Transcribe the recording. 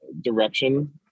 direction